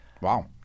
Wow